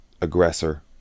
aggressor